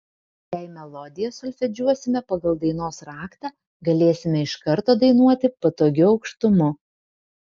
jei melodiją solfedžiuosime pagal dainos raktą galėsime iš karto dainuoti patogiu aukštumu